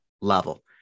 level